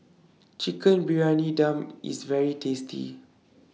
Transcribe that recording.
Chicken Briyani Dum IS very tasty